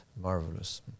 marvelous